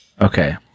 Okay